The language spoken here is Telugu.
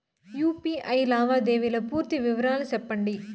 యు.పి.ఐ లావాదేవీల పూర్తి వివరాలు సెప్పండి?